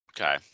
Okay